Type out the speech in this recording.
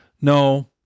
No